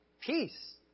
peace